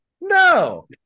no